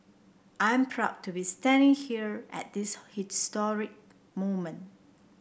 I'm proud to be standing here at this historic moment